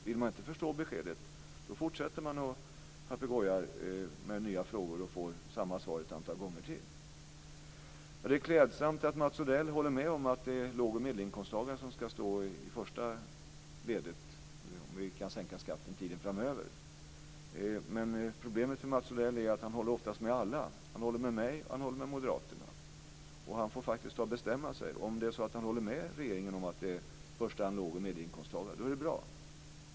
Vill man inte förstå beskedet fortsätter man att "papegoja" med nya frågor och får samma svar ett antal gånger till. Det är klädsamt att Mats Odell håller med om att det är låg och medelinkomsttagare som ska stå i första ledet om vi kan sänka skatten framöver. Men problemet med Mats Odell är att han oftast håller med alla. Han håller med mig och han håller med moderaterna. Han får faktiskt ta och bestämma sig. Om han håller med regeringen om att det i första hand handlar om låg och medelinkomsttagare är det bra.